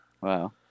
Wow